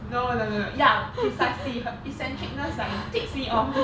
no no no no ya precisely her eccentricness like ticks me off